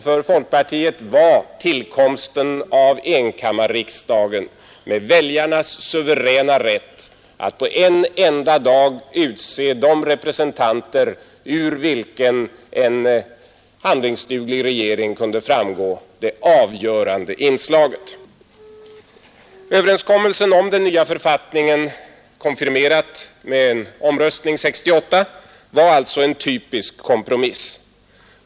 För folkpartiet var tillkomsten av enkammarriksdagen med väljarnas suveräna rätt att på en och samma dag utse representanter, ur vilkas krets en handlingsduglig regering kunde framgå, det avgörande inslaget. Överenskommelsen om den nya författningen, konfirmerad med en omröstning 1968, var en typisk kompromiss.